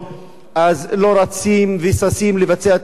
לא רצים וששים לבצע את החלטת בג"ץ,